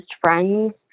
friends